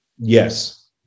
yes